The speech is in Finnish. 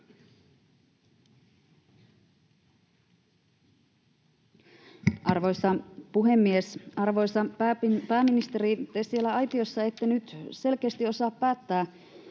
Arvoisa puhemies! Arvoisa pääministeri, te siellä aitiossa ette nyt selkeästi osaa päättää,